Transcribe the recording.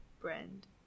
brand